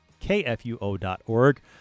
kfuo.org